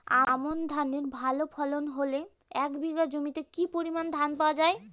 আমন ধানের ভালো ফলন হলে এক বিঘা জমিতে কি পরিমান ধান পাওয়া যায়?